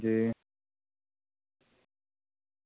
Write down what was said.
जी